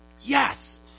yes